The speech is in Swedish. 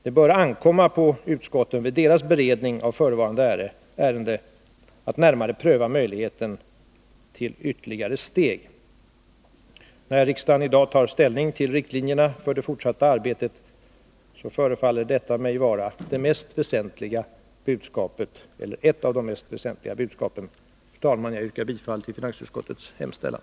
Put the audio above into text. Det bör ankomma på utskotten vid deras beredning av förevarande ärende att närmare pröva möjligheterna till ytterligare steg.” När riksdagen i dag tar ställning till riktlinjerna för det fortsatta arbetet förefaller detta mig vara ett av de mest väsentliga budskapen. Fru talman! Jag yrkar bifall till finansutskottets hemställan.